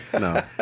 no